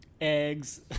eggs